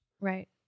right